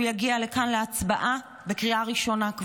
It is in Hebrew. זה יגיע לכאן להצבעה בקריאה ראשונה.